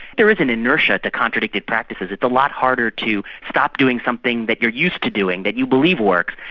there is an inertia to contradicted practices. it's a lot harder to stop doing something that you are used to doing, that you believe works,